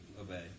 obey